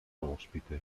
ospite